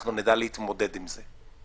ואנחנו נדע להתמודד עם זה.